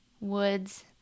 woods